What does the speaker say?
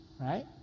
right